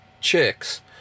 chicks